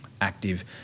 active